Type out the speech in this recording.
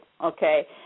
okay